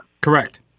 Correct